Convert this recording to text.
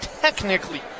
technically